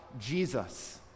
Jesus